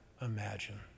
imagine